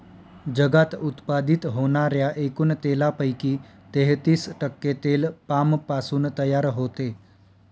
जगात उत्पादित होणाऱ्या एकूण तेलापैकी तेहतीस टक्के तेल पामपासून तयार होते